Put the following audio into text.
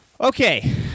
Okay